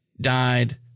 died